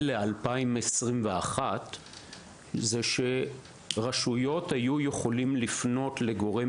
ל-2021 זה שרשויות היו יכולות לפנות לגורם